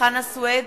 חנא סוייד,